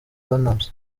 platnumz